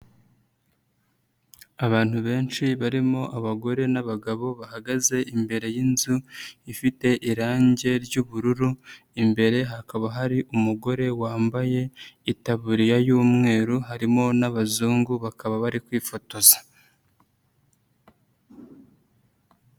Abantu benshi barimo abagore n'abagabo bahagaze imbere y'inzu ifite irange ry'ubururu, imbere hakaba hari umugore wambaye itaburiya y'umweru, harimo n'abazungu bakaba bari kwifotoza.